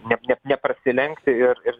ne ne neprasilenkti ir ir